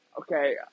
Okay